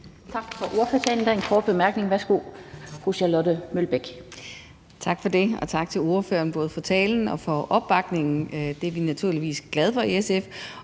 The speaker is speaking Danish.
Tak for ordførertalen. Der er en kort bemærkning. Værsgo, fru Charlotte Broman Mølbæk. Kl. 13:52 Charlotte Broman Mølbæk (SF): Tak for det, og tak til ordføreren, både for talen og for opbakningen. Det er vi naturligvis glade for i SF,